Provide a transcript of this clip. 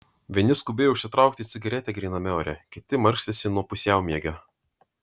vieni skubėjo užsitraukti cigaretę gryname ore kiti markstėsi nuo pusiaumiegio